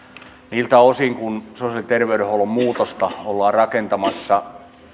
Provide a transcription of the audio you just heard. niiltä osin kuin sosiaali ja terveydenhuollon muutosta ollaan rakentamassa